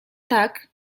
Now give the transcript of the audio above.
tak